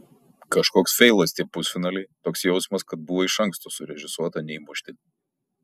kažkoks feilas tie pusfinaliai toks jausmas kad buvo iš anksto surežisuota neįmušti